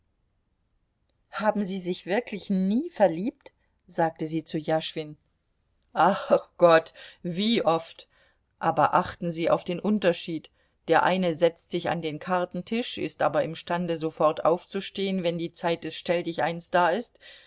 haben sie sich wirklich nie verliebt sagte sie zu jaschwin ach gott und wie oft aber achten sie auf den unterschied der eine setzt sich an den kartentisch ist aber imstande sofort aufzustehen wenn die zeit des stelldicheins da ist